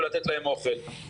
ולתת להם אוכל.